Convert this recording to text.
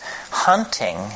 hunting